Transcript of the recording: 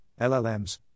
LLMs